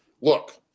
Look